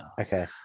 Okay